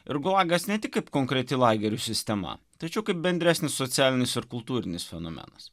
ir gulagas ne tik kaip konkreti lagerių sistema tačiau kaip bendresnis socialinis ir kultūrinis fenomenas